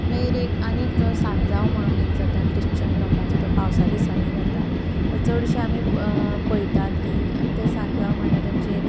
मागीर एक आनी जो सांजांव म्हणून एक जाता क्रिश्चन लोकांचो तो पावसा दिसांनी जाता ते चडशे आमी पयतात की ते सांजाव म्हणल्यार तांचे एक